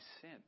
sin